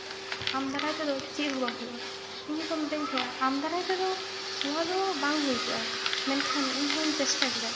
ᱟᱢ ᱫᱟᱨᱟᱭᱛᱮᱫᱚ ᱪᱮᱫ ᱦᱚᱸ ᱵᱟᱝ ᱦᱩᱭᱩᱜᱼᱟ ᱤᱧ ᱦᱚᱸᱠᱚ ᱢᱤᱛᱟᱹᱧ ᱛᱟᱦᱮᱸᱜᱼᱟ ᱟᱢ ᱫᱟᱨᱟᱭ ᱛᱮᱫᱚ ᱱᱚᱣᱟ ᱫᱚ ᱵᱟᱝ ᱦᱩᱭ ᱠᱚᱜᱼᱟ ᱢᱮᱱᱠᱷᱟᱱ ᱤᱧ ᱦᱩᱧ ᱪᱮᱥᱴᱟ ᱠᱮᱫᱟ